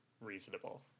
reasonable